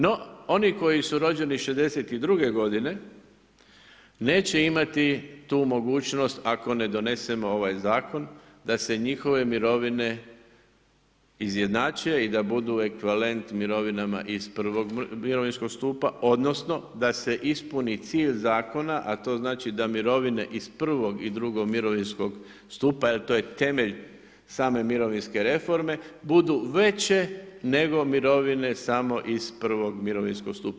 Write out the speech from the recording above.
No, oni koji su rođeni 1962. godine neće imati tu mogućnost ako ne donesemo ovaj zakon da se njihove mirovine izjednače i da budu ekvivalent mirovinama iz I mirovinskog stupa, odnosno da se ispuni cilj zakona, a to znači da mirovine iz I i II mirovinskog stupa jer to je temelj same mirovinske reforme, budu veće nego mirovine samo iz I mirovinskog stupa.